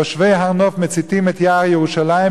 תושבי הר-נוף מציתים את יער ירושלים,